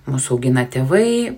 mus augina tėvai